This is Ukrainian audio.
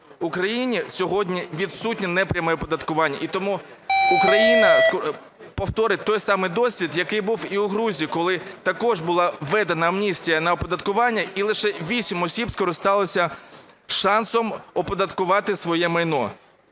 Україні сьогодні відсутнє непряме оподаткування, і тому Україна повторить той самий досвід, який був і у Грузії, коли також була введена амністія на оподаткування і лише 8 осіб скористалися шансом оподаткувати своє майно.